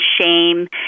shame